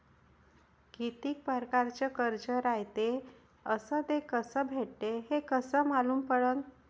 कितीक परकारचं कर्ज रायते अस ते कस भेटते, हे कस मालूम पडनं?